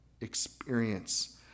experience